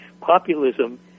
populism